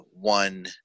one